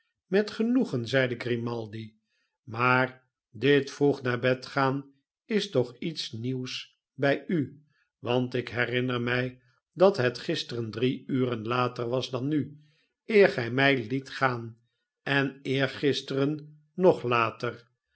met genoegen zeide grimaldi maar dit vroeg naar bed gaan is toch iets nieuws bij u want ik herinner mij dat het gisteren drie uren later was dan nu eer gij mij liet gaan en eergisteren nog later